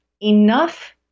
enough